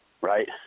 right